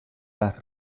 las